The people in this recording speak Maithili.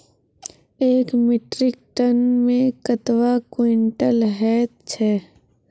एक मीट्रिक टन मे कतवा क्वींटल हैत छै?